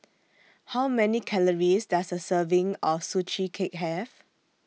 How Many Calories Does A Serving of Sugee Cake Have